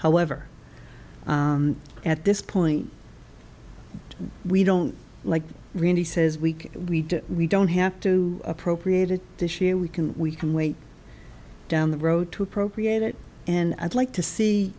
however at this point we don't like really says week we do we don't have to appropriated this year we can we can wait down the road to appropriate it and i'd like to see